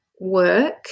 work